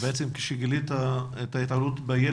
גילית את ההתעללות בילד.